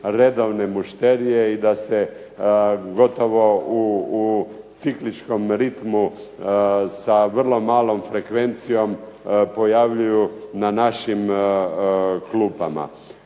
redovne mušterije i da se gotovo u cikličkom ritmu sa vrlo malom frekvencijom pojavljuju na našim klupama.